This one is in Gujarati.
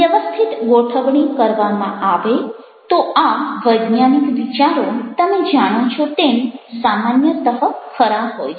વ્યવસ્થિત ગોઠવણી કરવામાં આવે તો આ વૈજ્ઞાનિક વિચારો તમે જાણો છો તેમ સામાન્યતઃ ખરા હોય છે